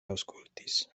aŭskultis